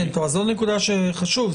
זה חשוב.